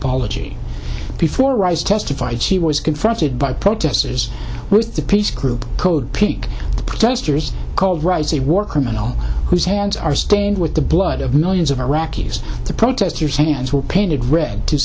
apology before rise testified she was confronted by protesters with the peace group code pink protesters called rice a war criminal whose hands are stained with the blood of millions of iraqis the protesters hands were painted red to